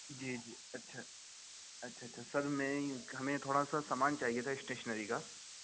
جی جی اچھا اچھا اچھا سر میں ہمیں تھوڑا سا سامان چاہیے تھا اسٹیشنری کا